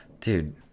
Dude